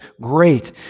great